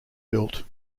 built